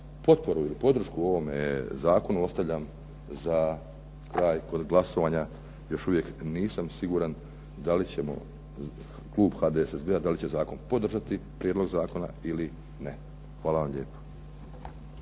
potporu ili podršku ovome zakonu ostavljam za kraj kod glasovanja. Još uvijek nisam siguran da li će klub HDSSB-a da li će podržati prijedlog zakona ili ne. Hvala lijepo.